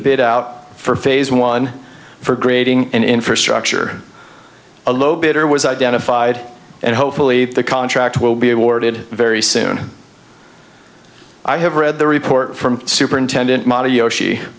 bid out for phase one for grading and infrastructure a low bidder was identified and hopefully the contract will be awarded very soon i have read the report from superintendent m